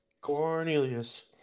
Cornelius